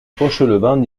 fauchelevent